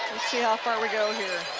see how far we go here.